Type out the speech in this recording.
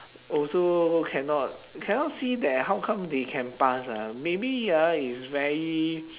also cannot cannot see that how come they can pass ah maybe ah is very